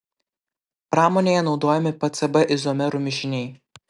pramonėje naudojami pcb izomerų mišiniai